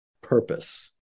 purpose